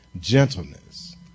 gentleness